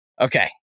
Okay